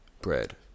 Bread